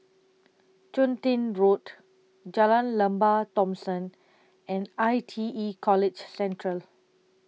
Chun Tin Road Jalan Lembah Thomson and I T E College Central